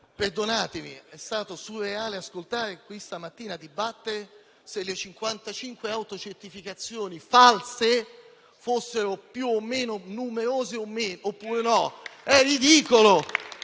Perdonatemi: è stato surreale ascoltare questa mattina dibattere in quest'Aula se le 55 autocertificazioni false fossero più o meno numerose. È ridicolo!